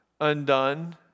undone